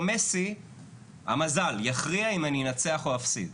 מסי המזל יכריע אם אני אנצח או אפסיד,